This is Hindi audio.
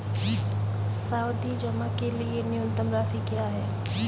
सावधि जमा के लिए न्यूनतम राशि क्या है?